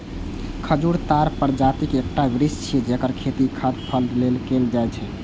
खजूर ताड़ प्रजातिक एकटा वृक्ष छियै, जेकर खेती खाद्य फल लेल कैल जाइ छै